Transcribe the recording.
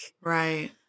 Right